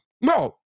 no